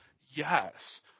Yes